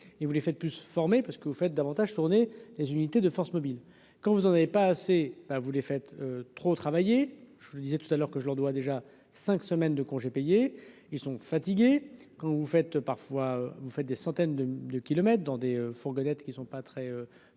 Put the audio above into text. et vous les faites plus formé parce que vous faites davantage les unités de forces mobiles quand vous en avez pas assez ben, vous les faites trop travaillé, je vous le disais tout à l'heure que je leur dois déjà cinq semaines de congés payés, ils sont fatigués, quand vous faites parfois, vous faites des centaines de de kilomètres dans des fourgonnettes qui ne sont pas très